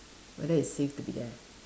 whether it's safe to be there